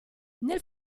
nel